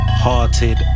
Hearted